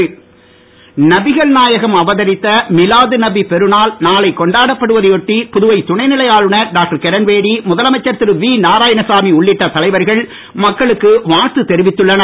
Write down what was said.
வாழ்த்து நபிகள் நாயகம் அவதரித்த மிலாது நபி பெருநாள் நாளை கொண்டாடப்படுவதை ஒட்டி புதுவை துணை நிலை ஆளுநர் டாக்டர் கிரண்பேடி முதலமைச்சர் திரு வி நாராயணசாமி உள்ளிட்ட தலைவர்கள் மக்களுக்கு வாழ்த்து தெரிவித்துள்ளனர்